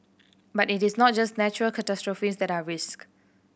but it is not just natural catastrophes that are risk